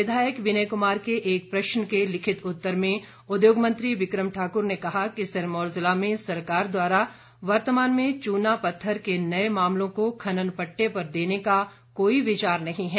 विधायक विनय कुमार के एक प्रश्न के लिखित उत्तर में उद्योग मंत्री बिक्रम ठाक्र ने कहा कि सिरमौर जिला में सरकार द्वारा वर्तमान में चूना पत्थर के नए मामलों को खनन पट्टे पर देने का कोई विचार नहीं है